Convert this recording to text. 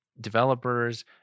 developers